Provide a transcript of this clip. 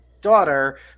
daughter